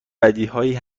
بدیهایی